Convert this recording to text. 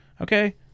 Okay